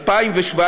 2017,